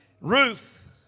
Ruth